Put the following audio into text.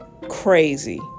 Crazy